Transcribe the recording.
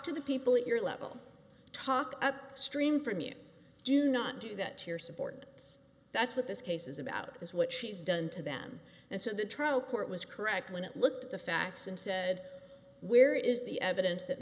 to the people at your level talk up stream from you do not do that here support this that's what this case is about is what she's done to them and so the trial court was correct when it looked at the facts and said where is the evidence that